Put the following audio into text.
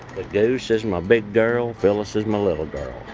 the douse is my big girl. phyllis is my little girl.